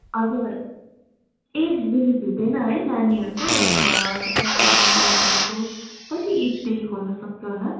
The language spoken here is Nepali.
हजुर एज लिमिट हुँदैन है नानीहरूको लाइक सानो सानो एजहरूको कति एजदेखि खोल्न सक्छ होला